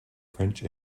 french